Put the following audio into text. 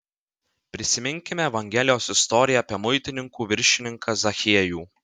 prisiminkime evangelijos istoriją apie muitininkų viršininką zachiejų